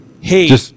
hey